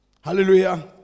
Hallelujah